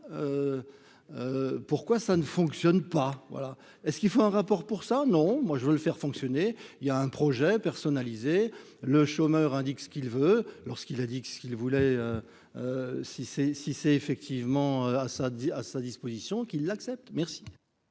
pourquoi ça ne fonctionne pas, voilà et ce qu'il faut un rapport pour ça non, moi je veux le faire fonctionner, il y a un projet personnalisé, le chômeur indique ce qu'il veut, lorsqu'il a dit que ce qu'il voulait, si c'est si c'est effectivement à ça, dit à sa disposition qu'il l'accepte, merci.